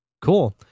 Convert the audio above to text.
Cool